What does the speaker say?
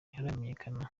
ntiharamenyekana